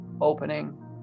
opening